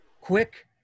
quick